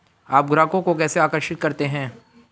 आप ग्राहकों को कैसे आकर्षित करते हैं?